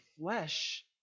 flesh